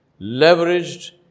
leveraged